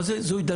אבל זו התדרדרות